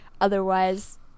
Otherwise